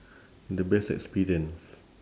the best experience